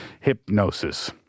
Hypnosis